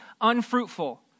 unfruitful